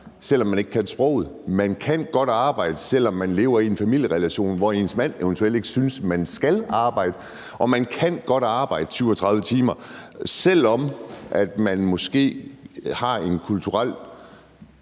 selv om man ikke kan sproget, og at man godt kan arbejde, selv om man lever i en familierelation, hvor ens mand eventuelt ikke synes, at man skal arbejde, og at man godt kan arbejde 37 timer om ugen, selv om man kulturelt